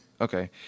Okay